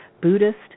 Buddhist